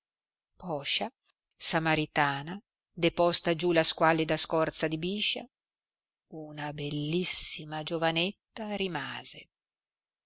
poscia samaritana deposta giù la squallida scorza di biscia una bellissima giovanetta rimase